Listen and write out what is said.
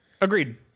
Agreed